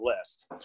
list